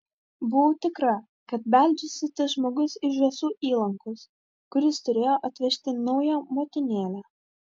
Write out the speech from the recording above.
buvau tikra kad beldžiasi tas žmogus iš žąsų įlankos kuris turėjo atvežti naują motinėlę